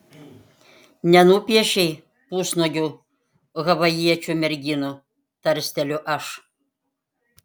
nenupiešei pusnuogių havajiečių merginų tarsteliu aš